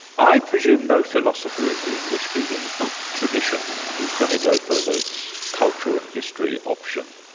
i presume no philosopher in the english-speaking tradition is going to go for the culture and history option.